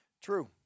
True